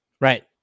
Right